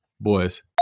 boys